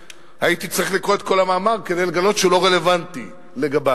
הייתי צריך לקרוא את כל המאמר כדי לגלות שהוא לא רלוונטי לגבי.